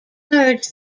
merge